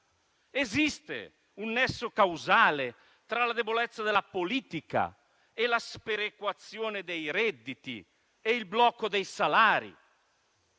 Esiste un nesso causale tra la debolezza della politica, la sperequazione dei redditi e il blocco dei salari?